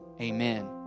amen